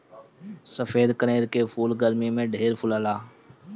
सफ़ेद कनेर के फूल गरमी में ढेर फुलाला